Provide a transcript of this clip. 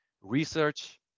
research